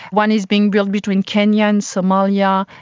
one is being built between kenya and somalia,